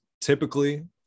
Typically